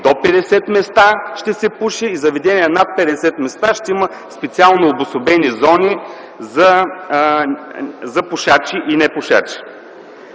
до 50 места ще се пуши и в заведения над 50 места ще има специално обособени зони за пушачи и непушачи.